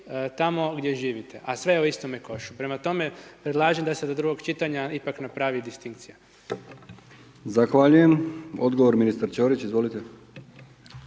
tamo gdje živite. A sve je u istome košu. Prema tome, predlažem da se do drugoga čitanja ipak napravi distinkcija. **Brkić, Milijan (HDZ)** Zahvaljujem. Odgovor ministar Ćorić, izvolite.